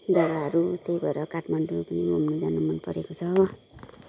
जग्गाहरू त्यही भएर काठमाडौँ पनि घुम्नु जानु मन परेको छ